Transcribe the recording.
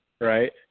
Right